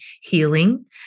healing